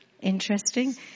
Interesting